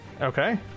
Okay